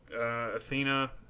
Athena